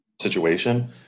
situation